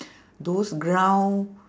those ground